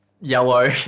yellow